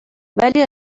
ولی